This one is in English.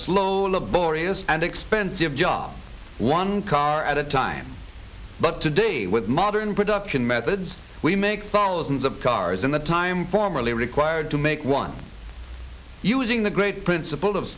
slow laborious and expensive job one car at a time but today with modern production methods we make follows in the cars and the time formerly required to make one using the great principle of